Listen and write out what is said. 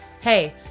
Hey